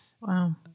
Wow